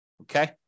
Okay